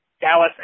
Dallas